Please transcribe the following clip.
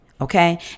Okay